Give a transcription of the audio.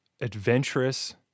adventurous